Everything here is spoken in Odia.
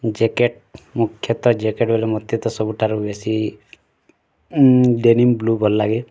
ଜ୍ୟାକେଟ୍ ମୁଖ୍ୟତଃ ଜ୍ୟାକେଟ୍ ବୋଲି ମୋତେ ତ ସବୁଠାରୁ ବେଶୀ ଡେନିମ୍ ବ୍ଲୁ ଭଲ ଲାଗେ